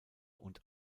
und